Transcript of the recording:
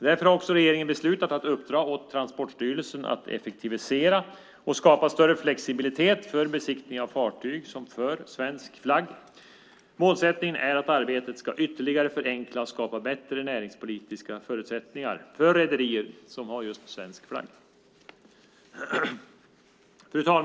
Därför har regeringen beslutat att uppdra åt Transportstyrelsen att effektivisera och skapa större flexibilitet för besiktning av fartyg som för svensk flagg. Målsättningen är att arbetet ska förenkla ytterligare och skapa bättre näringspolitiska förutsättningar för rederier som har svensk flagg. Fru talman!